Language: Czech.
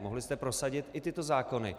Mohli jste prosadit i tyto zákony.